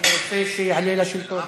אני רוצה שהוא יעלה לשלטון.